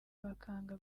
bakanga